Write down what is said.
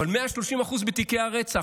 אבל 130% בתיקי הרצח.